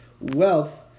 wealth